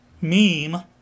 meme